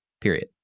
period